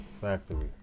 Factory